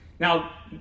Now